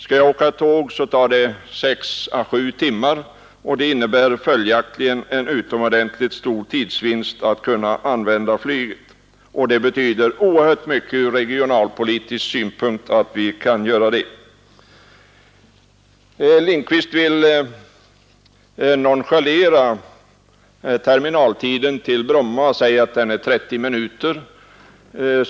Skall jag åka tåg tar det 6 å 7 timmar, och det innebär följaktligen en utomordentligt stor tidsvinst att kunna använda flyget. Det betyder oerhört mycket från regionalpolitisk synpunkt att kunna göra det. Herr Lindkvist vill nonchalera terminaltiden till Arlanda och säger att den är 30 minuter.